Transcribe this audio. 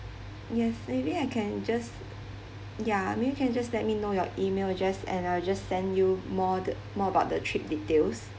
yes maybe I can just ya maybe can just let me know your email just and I'll just send you more the more about the trip details